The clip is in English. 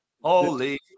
Holy